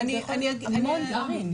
זה יכול להיות מסמכים פרטיים.